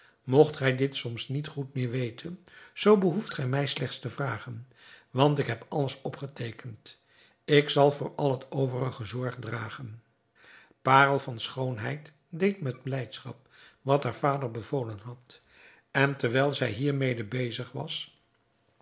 mogt gij dit soms niet goed meer weten zoo behoeft gij mij slechts te vragen want ik heb alles opgeteekend ik zal voor al het overige zorg dragen parel van schoonheid deed met blijdschap wat haar vader bevolen had en terwijl zij hiermede bezig was